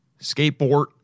skateboard